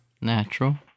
Natural